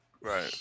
right